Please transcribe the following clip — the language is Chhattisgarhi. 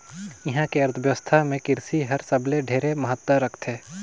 इहां के अर्थबेवस्था मे कृसि हर सबले ढेरे महत्ता रखथे